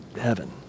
heaven